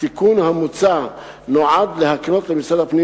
התיקון המוצע נועד להקנות למשרד הפנים